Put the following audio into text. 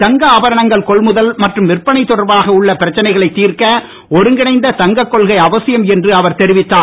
தங்க ஆபரணங்கள் கொள்முதல் மற்றும் விற்பனை தொடர்பாக உள்ள பிரச்னைகளை திர்க்க ஒருங்கிணைந்த தங்க கொள்கை அவசியம் என்று அவர் தெரிவித்தார்